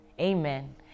Amen